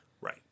Right